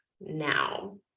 now